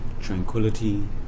tranquility